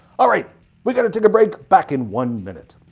alright we gotta take a break, back in one minute!